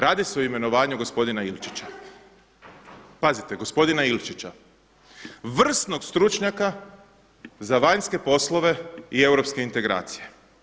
Radi se o imenovanju gospodina Ilčića, pazite gospodina Ilčića vrsnog stručnjaka za vanjske poslove i europske integracije.